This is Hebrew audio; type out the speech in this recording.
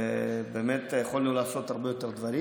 באמת יכולנו לעשות הרבה יותר דברים,